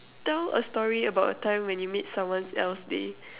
tell a story about a time when you made someone else day